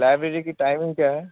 library کی timing کیا ہے